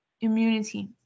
immunity